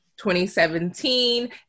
2017